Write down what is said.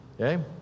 okay